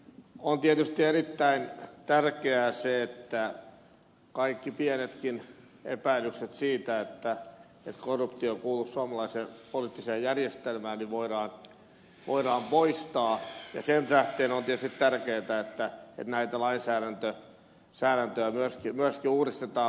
on tietysti erittäin tärkeää se että kaikki pienetkin epäilykset siitä että korruptio kuuluisi suomalaiseen poliittiseen järjestelmään voidaan poistaa ja sen tähden on tietysti tärkeätä että lainsäädäntöä myöskin uudistetaan